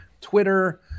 Twitter